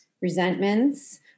resentments